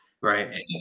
Right